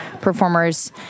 performers